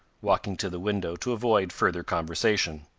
walking to the window to avoid further conversation.